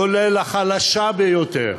כולל החלשה ביותר,